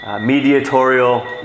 mediatorial